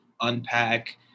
unpack